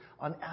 on